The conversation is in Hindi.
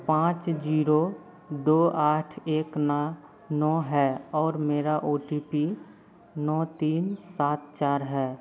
पाँच जीरो दो आठ एक नौ नौ है और मेरा ओ टी पी नौ तीन सात चार है